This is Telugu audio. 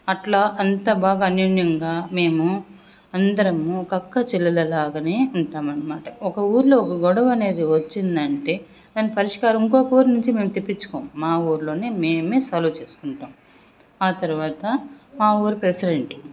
అట్లా అంత బాగా అన్యోన్యంగా మేము అందరము ఒక అక్క చెల్లెలులాగే ఉంటాము అన్నమాట ఒక ఊరిలో ఒక గొడవ అనేది వచ్చిందంటే దాని పరిష్కారం ఇంకో ఊరు నుంచి మేము తెప్పించుకోము మా ఊరిలోనే మేమే సాల్వ్ చేసుకుంటాం ఆ తర్వాత మా ఊరి ప్రెసిడెంట్